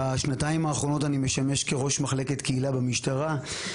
בשנתיים האחרונות אני משמש ראש מחלקת קהילה במשטרה.